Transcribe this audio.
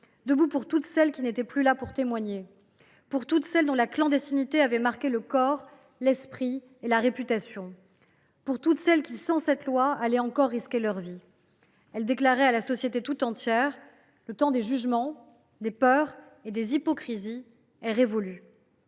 debout pour toutes celles qui n’étaient plus là pour témoigner, pour toutes celles dont la clandestinité avait marqué le corps, l’esprit et la réputation, pour toutes celles qui, sans cette loi, allaient encore risquer leur vie. Elle déclarait à la société tout entière que le temps des jugements, des peurs et des hypocrisies était révolu.